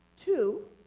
Two